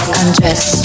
undress